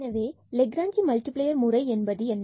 எனவே லெக்க்ராஞ்சி மல்டிபிளேயர் முறை என்பது என்ன